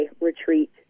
retreat